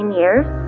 years